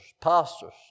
pastors